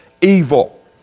evil